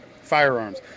firearms